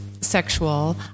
sexual